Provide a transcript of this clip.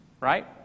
Right